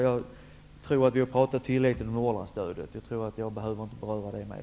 Jag tror att vi har pratat tillräckligt om Norrlandsstödet. Jag tror inte att jag behöver beröra det mer.